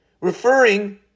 referring